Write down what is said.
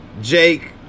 Jake